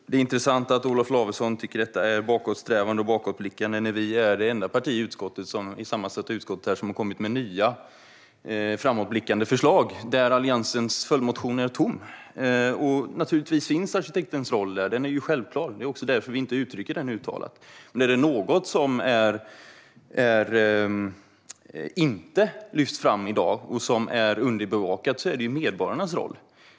Herr talman! Det är intressant att Olof Lavesson tycker att detta är bakåtsträvande och bakåtblickande när vi är det enda parti i det sammansatta utskottet som har kommit med nya, framåtblickande förslag där Alliansens följdmotion är tom. Naturligtvis finns arkitektens roll där. Den är ju självklar, och det är därför vi inte uttrycker den uttalat. Om det är något som inte lyfts fram i dag och som är underbevakat är det medborgarnas roll.